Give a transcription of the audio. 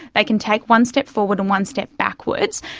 they can take one step forward and one step backwards.